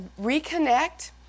reconnect